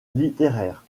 littéraire